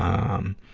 um,